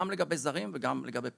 גם לגבי זרים וגם לגבי פלסטינאים,